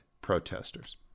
protesters